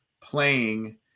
playing